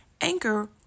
Anchor